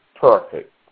perfect